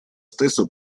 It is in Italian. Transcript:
stesso